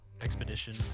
Expedition